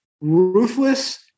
ruthless